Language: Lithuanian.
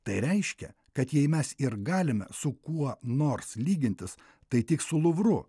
tai reiškia kad jei mes ir galime su kuo nors lygintis tai tik su luvru